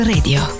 Radio